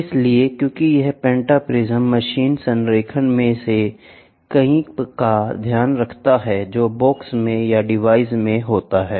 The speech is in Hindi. इसलिए क्योंकि यह पेंटाप्रिज्म मशीन संरेखण में से कई का ध्यान रखता है जो बॉक्स में या डिवाइस में ही होता है